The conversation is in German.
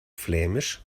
flämisch